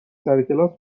سرکلاس